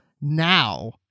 now